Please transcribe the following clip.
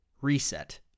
reset